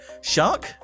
Shark